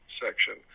section